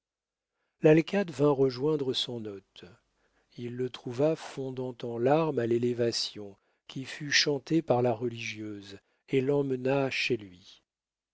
vint rejoindre son hôte il le trouva fondant en larmes à l'élévation qui fut chantée par la religieuse et l'emmena chez lui